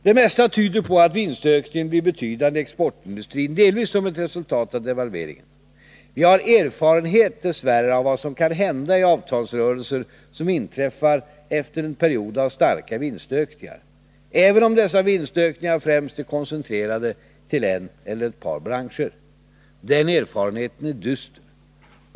Det mesta tyder på att vinstökningen blir betydande i exportindustrin, delvis som ett resultat av devalveringen. Vi har dess värre erfarenhet av vad som kan hända i avtalsrörelser, som inträffar efter en period av starka vinstökningar, även om dessa vinstökningar främst är koncentrerade till en eller ett par branscher. Men erfarenheten är dyster.